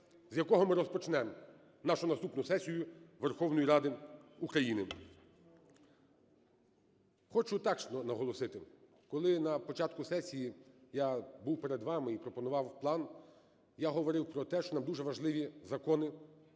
з якого ми розпочнемо нашу наступну сесію Верховної Ради України. Хочу також наголосити, коли на початку сесії я був перед вами і пропонував план, я говорив про те, що нам дуже важливі закони,